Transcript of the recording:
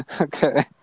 Okay